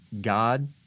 God